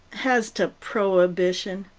as to prohibition,